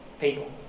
people